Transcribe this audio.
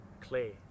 clay